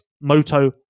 Moto